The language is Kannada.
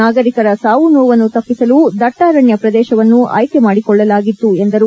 ನಾಗರಿಕರ ಸಾವು ನೋವನ್ನು ತಪ್ಪಿಸಲು ದಟ್ಲಾರಣ್ಣ ಶ್ರದೇಶವನ್ನು ಆಯ್ಲೆ ಮಾಡಿಕೊಳ್ಳಲಾಗಿತ್ತು ಎಂದರು